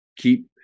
Keep